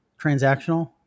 transactional